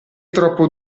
troppo